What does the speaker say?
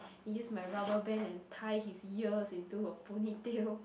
use my rubber band and tie his ears into a ponytail